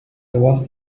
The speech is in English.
want